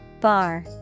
Bar